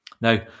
Now